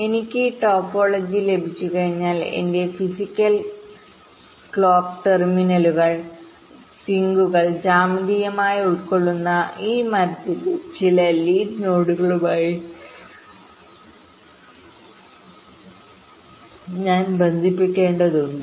എനിക്ക് ടോപ്പോളജി ലഭിച്ചുകഴിഞ്ഞാൽ എന്റെ ഫിസിക്കൽ ക്ലോക്ക് ടെർമിനലുകൾസിങ്കുകൾ ജ്യാമിതീയമായി ഉൾക്കൊള്ളുന്ന ഈ മരത്തിന്റെ ചില ലീഡ് നോഡുകളുമായി ഞാൻ ബന്ധിപ്പിക്കേണ്ടതുണ്ട്